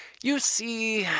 you see,